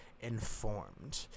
informed